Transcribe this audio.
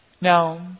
Now